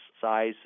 size